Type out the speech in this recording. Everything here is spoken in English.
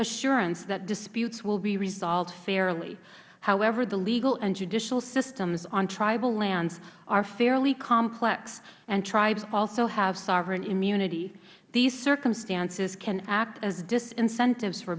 assurance that disputes will be resolved fairly however the legal and judicial systems on tribal lands are fairly complex and tribes also have sovereign immunity these circumstances can act as disincentives for